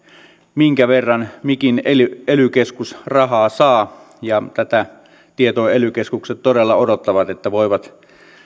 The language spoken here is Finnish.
minkä verran mikin ely ely keskus rahaa saa ja tätä tietoa ely keskukset todella odottavat että voivat